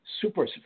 super